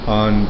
on